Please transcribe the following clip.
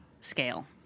scale